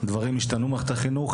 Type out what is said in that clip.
דברים השתנו במערכת החינוך,